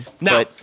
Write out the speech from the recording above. No